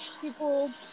people